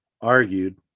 argued